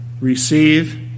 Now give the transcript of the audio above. Receive